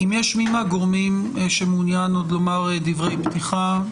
האם יש מי מהגורמים שמעוניין עוד לומר דברי פתיחה?